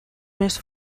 més